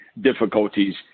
difficulties